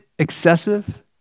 excessive